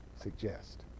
suggest